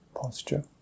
posture